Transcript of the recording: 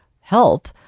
help